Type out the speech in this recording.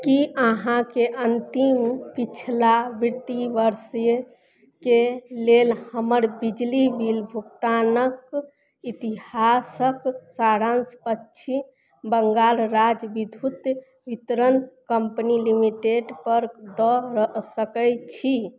की अहाँ के अन्तिम पिछला वित्ती वर्षीयके लेल हमर बिजली बिल भुगतानक इतिहासक सारांश पच्छिम बंङ्गाल राज्य विद्युत वितरण कम्पनी लिमिटेड पर दऽ सकैत छी